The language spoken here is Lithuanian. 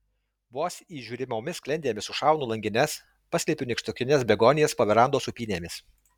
vos įžiūrimomis sklendėmis užšaunu langines paslepiu nykštukines begonijas po verandos sūpynėmis